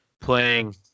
playing